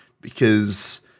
because-